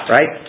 Right